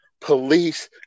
Police